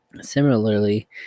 Similarly